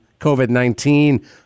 COVID-19